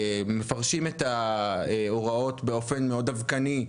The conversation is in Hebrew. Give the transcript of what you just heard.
מפרשים את ההוראות באופן מאוד דווקני,